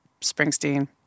Springsteen